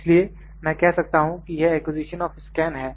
इसलिए मैं कह सकता हूं कि यह एक्विजिशन ऑफ स्कैन है